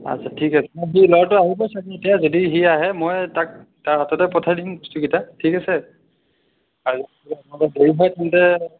আচ্ছা ঠিক আছে মই ল'ৰাটো আহিব চাগৈ এতিয়া যদি সি আহে মই তাক তাৰ হাততে পঠাই দিম বস্তুকেইটা ঠিক আছে